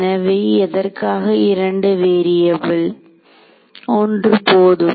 எனவே எதற்காக 2 வேறியபில் ஒன்று போதும்